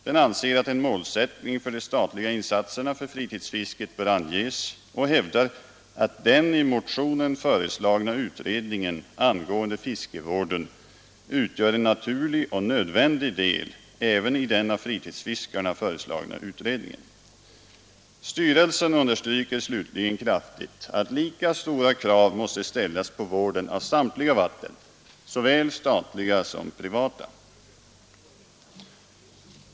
Den anser att en målsättning för de statliga insatserna för fritidsfisket bör anges och hävdar: ”Den i motionen föreslagna utredningen angående fiskevården utgör en naturlig och nödvändig del även i den av fritidsfiskarna föreslagna utredningen.” Styrelsen understryker slutligen kraftigt att lika stora krav måste ställas på vården av samtliga vatten, såväl statliga som privata.